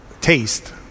taste